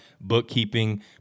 bookkeeping